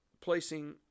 placing